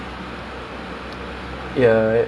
oh ya I guess so